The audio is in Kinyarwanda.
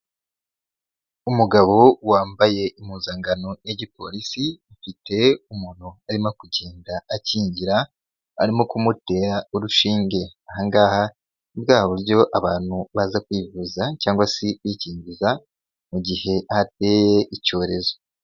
Umugabo wambaye impuzankano ya gipolisi, afite umuntu arimo kugenda akingira arimo kumutera urushinge, ahangaha ni bwa buryo abantu baza kwivuza cyangwa se kwikingiza mu gihe hateye icyorezo.